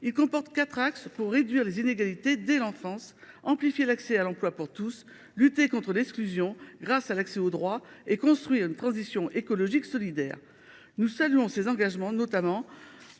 il comporte quatre axes pour réduire les inégalités dès l’enfance, amplifier l’accès à l’emploi pour tous, lutter contre l’exclusion grâce à l’accès aux droits et construire une transition écologique solidaire. Nous saluons ces engagements, notamment